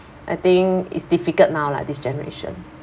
I think it's difficult now lah this generation